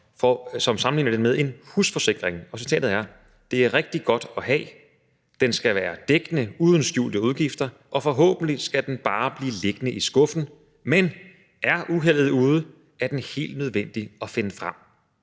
han sammenlignede det her med en husforsikring: »Den er rigtig god at have, den skal være dækkende uden skjulte udgifter, og forhåbentlig skal den bare blive liggende i skuffen – men er uheldet ude, er den helt nødvendig at finde frem.«